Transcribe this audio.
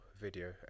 video